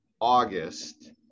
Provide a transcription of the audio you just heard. August